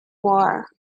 war